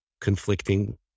conflicting